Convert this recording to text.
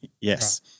Yes